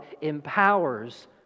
empowers